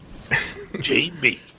JB